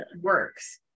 works